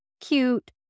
cute